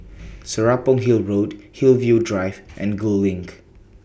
Serapong Hill Road Hillview Drive and Gul LINK